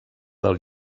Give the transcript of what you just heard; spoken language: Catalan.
del